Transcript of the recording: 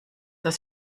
das